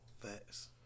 Facts